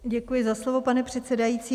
Děkuji za slovo, pane předsedající.